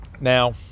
Now